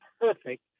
perfect